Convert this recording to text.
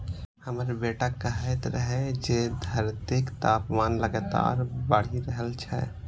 हमर बेटा कहैत रहै जे धरतीक तापमान लगातार बढ़ि रहल छै